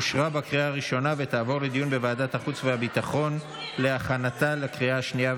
לוועדת החוץ והביטחון נתקבלה.